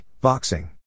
Boxing